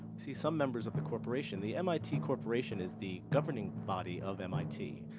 see some members of the corporation. the mit corporation is the governing body of mit.